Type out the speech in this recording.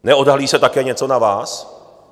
Neodhalí se také něco na vás?